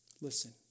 Listen